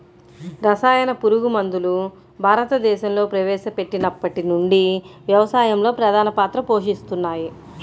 రసాయన పురుగుమందులు భారతదేశంలో ప్రవేశపెట్టినప్పటి నుండి వ్యవసాయంలో ప్రధాన పాత్ర పోషిస్తున్నాయి